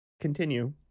Continue